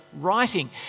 writing